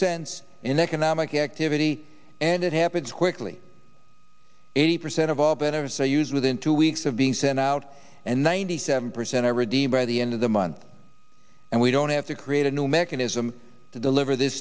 cents in economic activity and it happens quickly eighty percent of all better so use within two weeks of being sent out and ninety seven percent are ready by the end of the month and we don't have to create a new mechanism to deliver this